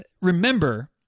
remember